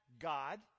God